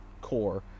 core